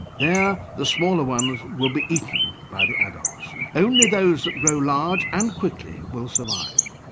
there the smaller ones will be eaten by the adults. only those that grow large, and quickly, will survive.